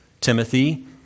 Timothy